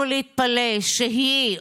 אל לנו להתפלא שהיא,